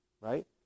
right